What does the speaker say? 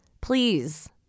Please